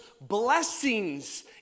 blessings